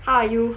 how are you